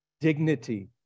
dignity